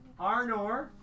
Arnor